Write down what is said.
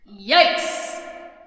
Yikes